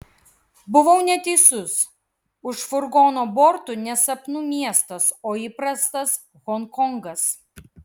buvau neteisus už furgono bortų ne sapnų miestas o įprastas honkongas